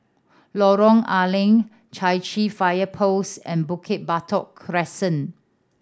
Lorong A Leng Chai Chee Fire Post and Bukit Batok Crescent